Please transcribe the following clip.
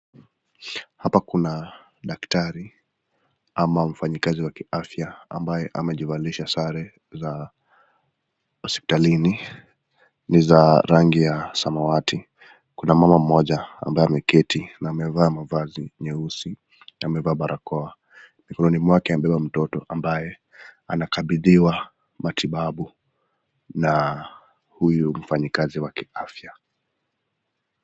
Hapa kuna daktari ama mfanyikazi wa kiafya ambaye amejivalisha sare za hospitalini, ni za rangi ya samawati. Kuna mama mmoja ambaye ameketi na amevaa mavazi nyeusi na amevaa barakoa. Mikononi mwake amebeba mtoto ambaye anakabidhiwa matibabu na huyu mfanyikazi wa kiafya.